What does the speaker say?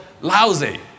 lousy